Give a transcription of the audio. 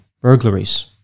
burglaries